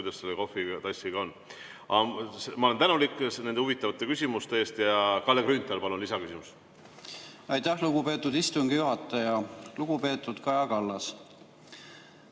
kuidas selle kohvitassiga on. Ma olen tänulik nende huvitavate küsimuste eest. Kalle Grünthal, palun, lisaküsimus! Aitäh, lugupeetud istungi juhataja! Lugupeetud Kaja Kallas!